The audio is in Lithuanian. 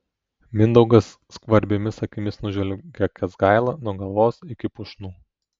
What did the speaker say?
mindaugas skvarbiomis akimis nužvelgia kęsgailą nuo galvos iki pušnų